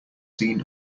seen